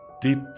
deep